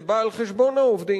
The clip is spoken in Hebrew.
זה בא על חשבון העובדים.